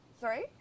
sorry